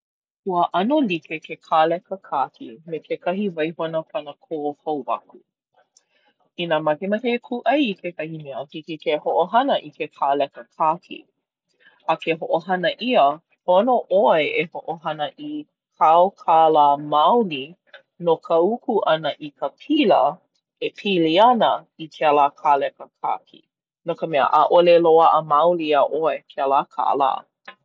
Ua ʻano like ke kāleka kāki me kakahi waihona panakō hou aku. Inā makemake e kūʻai i kekahi mea hiki ke hoʻohana i ke kāleka kāki. A ke hoʻohana ʻia, pono ʻoe e hoʻohana i kāu kālā maoli no ka uku ʻana i ka pila e pili ana i kēlā kāleka kāki. No ka mea ʻaʻole loaʻa maoli iā ʻoe kēlā kālā.